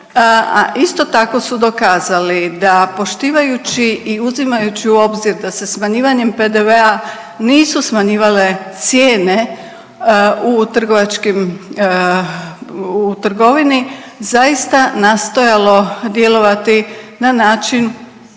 isto tako su dokazali da poštivajući i uzimajući u obzir da se smanjivanjem PDV-a nisu smanjivale cijene u trgovačkim, u trgovini, zaista nastojalo djelovati na način